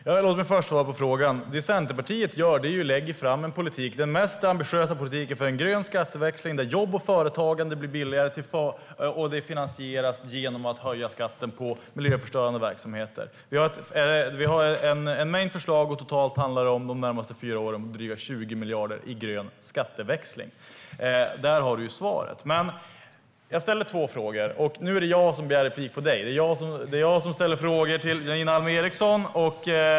Herr talman! Låt mig först svara på frågan. Centerpartiet lägger fram den mest ambitiösa politiken för en grön skatteväxling där jobb och företagande blir billigare. Det finansieras genom att skatten på miljöförstörande verksamheter höjs. Vi har en mängd förslag. Totalt handlar det om dryga 20 miljarder i grön skatteväxling under de närmaste fyra åren. Där har du svaret, Janine Alm Ericson. Jag ställde två frågor. Och nu är det jag som har begärt replik på dig. Det är jag som ställer frågor till dig, Janine Alm Ericson.